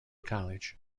college